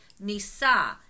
Nisa